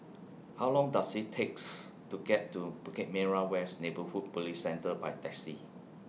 How Long Does IT takes to get to Bukit Merah West Neighbourhood Police Centre By Taxi